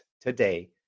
today